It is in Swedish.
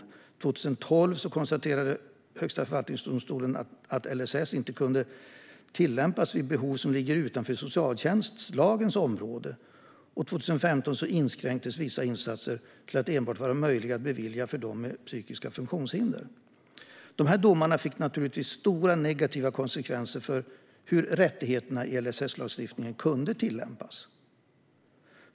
År 2012 konstaterade Högsta förvaltningsdomstolen att LSS inte kunde tillämpas vid behov som ligger utanför socialtjänstlagens område. År 2015 inskränktes vissa insatser till att enbart vara möjliga att bevilja för dem med psykiska funktionshinder. Dessa domar fick naturligtvis stora negativa konsekvenser för hur rättigheterna i LSS-lagstiftningen kunde tillämpas.